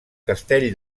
castell